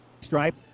Stripe